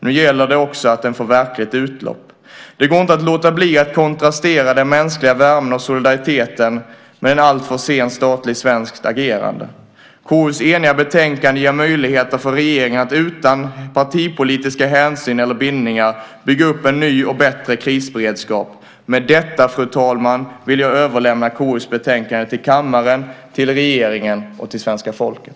Nu gäller det också att det får verkligt utlopp. Det går inte att låta bli att kontrastera den mänskliga värmen och solidariteten mot ett alltför sent statligt svenskt agerande. KU:s eniga betänkande ger möjligheter för regeringen att utan partipolitiska hänsyn eller bindningar bygga upp en ny och bättre krisberedskap. Med detta, fru talman, vill jag överlämna KU:s betänkande till kammaren, till regeringen och till svenska folket.